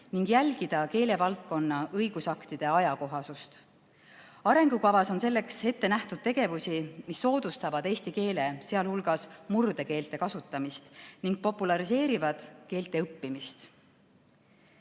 ning jälgida keelevaldkonna õigusaktide ajakohasust. Arengukavas on selleks ettenähtud tegevusi, mis soodustavad eesti keele, sealhulgas murdekeelte kasutamist ning populariseerivad keele õppimist.